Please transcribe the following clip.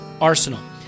ARSENAL